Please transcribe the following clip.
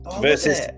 versus